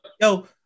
yo